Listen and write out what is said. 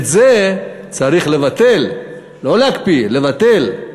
את זה צריך לבטל, לא להקפיא, לבטל.